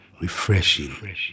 Refreshing